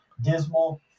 dismal